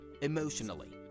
emotionally